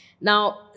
Now